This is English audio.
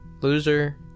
loser